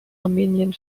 armenien